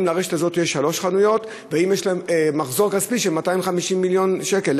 אם לרשת הזאת יש שלוש חנויות ואם יש לה מחזור כספי של 250 מיליון שקל.